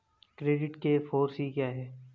Credit के four C क्या हैं?